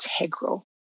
integral